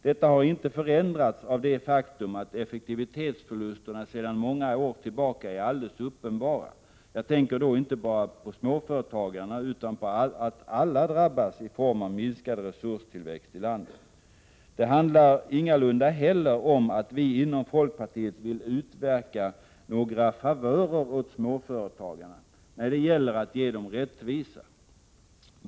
Detta har inte förändrats av det faktum att effektivitetsförlusterna sedan många år tillbaka är alldeles uppenbara. Jag tänker då inte bara på småföretagarna utan på att alla drabbas till följd av en minskning av resurstillväxten i landet. Det handlar ingalunda om att vi inom folkpartiet vill utverka några favörer åt småföretagarna när det gäller att ge dem rättvisa.